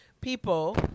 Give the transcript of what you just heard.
people